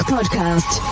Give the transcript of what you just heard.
Podcast